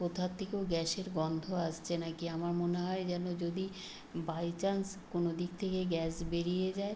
কোথা থেকেও গ্যাসের গন্ধ আসছে নাকি আমার মনে হয় যেন যদি বাই চান্স কোনও দিক থেকে গ্যাস বেরিয়ে যায়